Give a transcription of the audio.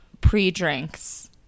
pre-drinks